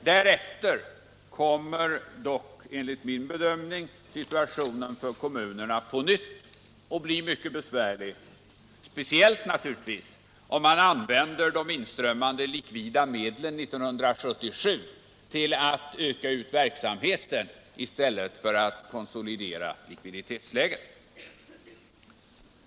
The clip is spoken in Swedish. Därefter kommer dock enligt min bedömning situationen för kommunerna på nytt att bli mycket besvärlig, speciellt naturligtvis om man använder de inströmmande likvida medlen 1977 till att öka ut verksamheten och inte till att konsolidera likviditetsläget.